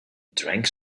drank